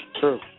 true